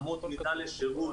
אמות המידה לשירות,